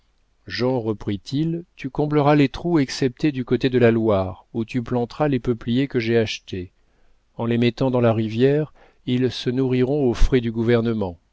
reprit-il tu combleras les trous excepté du côté de la loire où tu planteras les peupliers que j'ai achetés en les mettant dans la rivière ils se nourriront aux frais du gouvernement